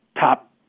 top